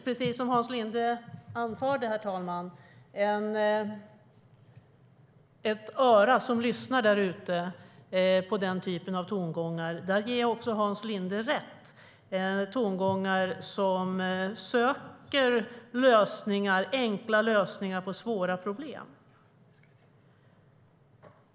Precis som Hans Linde anförde finns det ett öra där ute som lyssnar på den typen av tongångar. Där ger jag Hans Linde rätt. Det är tongångar som söker enkla lösningar på svåra problem.